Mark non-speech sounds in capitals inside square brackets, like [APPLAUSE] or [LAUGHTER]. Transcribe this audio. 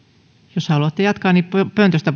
jos haluatte jatkaa pöntöstä [UNINTELLIGIBLE]